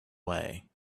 way